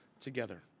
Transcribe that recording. together